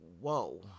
whoa